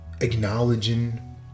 acknowledging